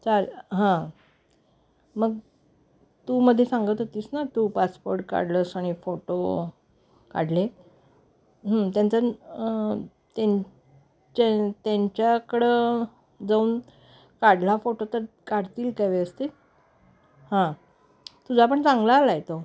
चाले हां मग तू मध्ये सांगत होतीस ना तू पासपोर्ट काढलंस आणि फोटो काढले त्यांचा त्यांच्या त्यांच्याकडं जाऊन काढला फोटो तर काढतील काय व्यवस्थित हां तुझा पण चांगला आला आहे तो